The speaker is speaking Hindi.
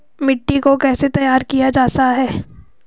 मिट्टी को कैसे तैयार किया जाता है?